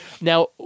Now